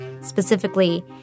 Specifically